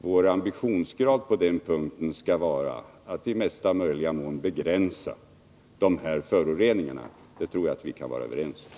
Vår ambitionsgrad på den punkten skall vara att i möjligaste mån begränsa föroreningarna. Det tror jag att vi kan vara överens om.